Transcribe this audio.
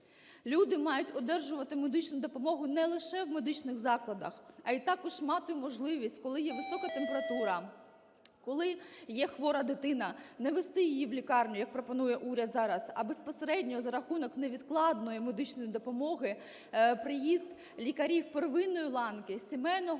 Люди мають одержувати медичну допомогу не лише в медичних закладах, а й також мати можливість, коли є висока температура, коли є хвора дитина, не везти її в лікарню, як пропонує уряд зараз, а безпосередньо за рахунок невідкладної медичної допомоги приїзд лікарів первинної ланки – сімейного